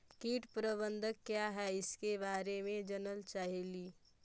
कीट प्रबनदक क्या है ईसके बारे मे जनल चाहेली?